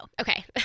Okay